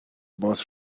boss